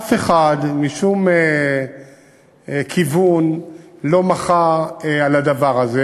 אף אחד משום כיוון לא מחה על הדבר הזה,